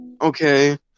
Okay